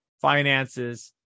finances